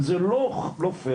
זה לא פייר,